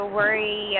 worry